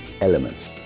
elements